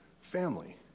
family